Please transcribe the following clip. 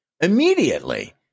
immediately